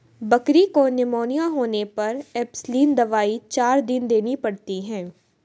बकरी को निमोनिया होने पर एंपसलीन दवाई चार दिन देनी पड़ती है